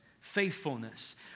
faithfulness